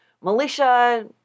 militia